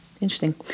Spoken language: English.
Interesting